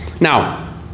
Now